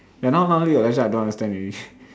ya now now league-of-legends I don't understand already